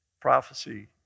Prophecy